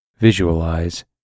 visualize